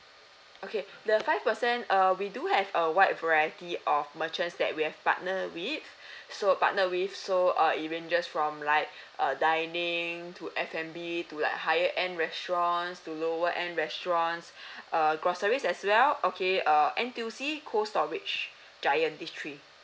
okay the five percent uh we do have a wide variety of merchants that we have partner with so partnered with so uh it ranges from like uh dining to F&B to like higher end restaurants to lower end restaurants err groceries as well okay uh N_T_U_C cold storage giant these three